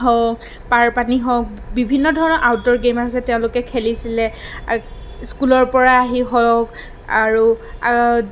হওক পাৰ পানী হওক বিভিন্ন ধৰণৰ আউটড'ৰ গেম আছে তেওঁলোকে খেলিছিলে স্কুলৰ পৰা আহি হওক আৰু